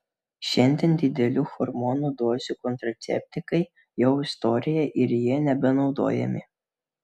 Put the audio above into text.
šiandien didelių hormonų dozių kontraceptikai jau istorija ir jie nebenaudojami